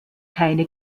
keine